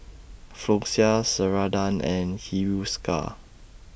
Floxia Ceradan and Hiruscar